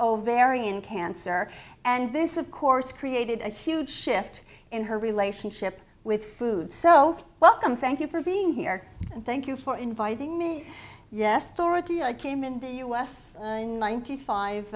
ovarian cancer and this of course created a huge shift in her relationship with food so welcome thank you for being here and thank you for inviting me yes dorothy i came in the u s in ninety five